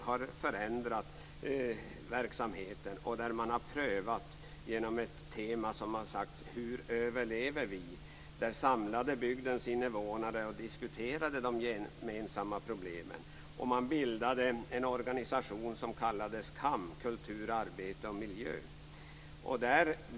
Man har där förändrat verksamheten på temat: Hur överlever vi? Hela bygdens invånare diskuterade de gemensamma problemen och bildade en organisation som kallades KAM, kulur, arbete och miljö.